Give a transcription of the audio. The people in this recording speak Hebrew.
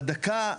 בדקה,